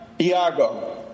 Iago